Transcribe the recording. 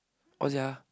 was it ah